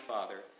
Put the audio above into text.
Father